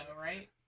right